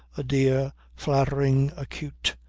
a dear, flattering acute,